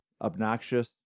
obnoxious